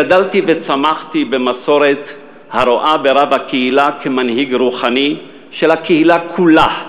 גדלתי וצמחתי במסורת הרואה ברב הקהילה מנהיג רוחני של הקהילה כולה,